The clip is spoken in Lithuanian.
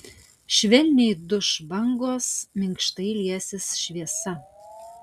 švelniai duš bangos minkštai liesis šviesa